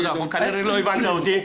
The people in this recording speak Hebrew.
כנראה לא הבנת אותי.